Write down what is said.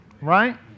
Right